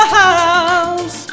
house